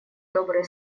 добрые